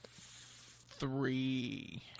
three